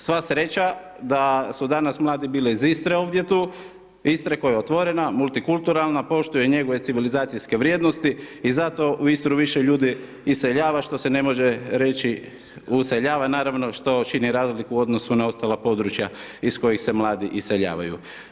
Sva sreća da su danas mladi bili iz Istre ovdje tu, Istre koja je otvorena, multikulturalna, poštuje i njeguje civilizacijske vrijednosti i zato u Istru više ljudi iseljava što se ne može reći, useljava, naravno, što čini razliku u odnosu na ostala područja iz kojih se mladi iseljavaju.